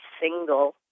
single